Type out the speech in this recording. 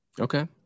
Okay